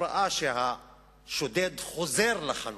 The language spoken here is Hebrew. כשהוא ראה שהשודד חוזר לחנות,